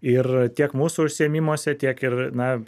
ir tiek mūsų užsiėmimuose tiek ir na